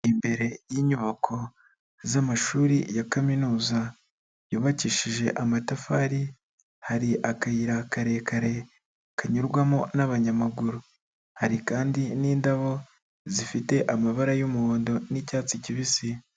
Imbere y'inyubako z'amashuri ya kaminuza yubakishije amatafari, hari akayira karekare kanyurwamo n'abanyamaguru, hari kandi n'indabo zifite amabara y'umuhondo n'icyatsi kibisi.